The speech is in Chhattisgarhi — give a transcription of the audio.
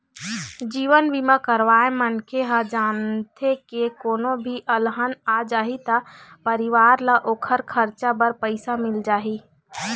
जीवन बीमा करवाए मनखे ह जानथे के कोनो भी अलहन आ जाही त परिवार ल ओखर खरचा बर पइसा मिल जाही